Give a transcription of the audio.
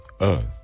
earth